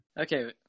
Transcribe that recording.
Okay